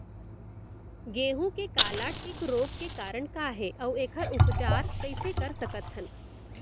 गेहूँ के काला टिक रोग के कारण का हे अऊ एखर उपचार कइसे कर सकत हन?